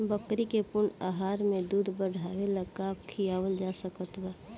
बकरी के पूर्ण आहार में दूध बढ़ावेला का खिआवल जा सकत बा?